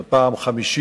זו פעם חמישית